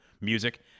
music